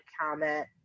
comment